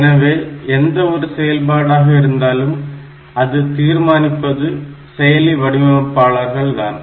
எனவே எந்த ஒரு செயல்பாடாக இருந்தாலும் அதை தீர்மானிப்பது செயலி வடிவமைப்பாளர்கள் தான்